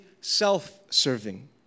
self-serving